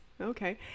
Okay